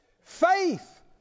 Faith